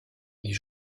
les